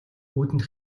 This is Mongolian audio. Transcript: үүдэнд